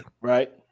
Right